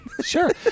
Sure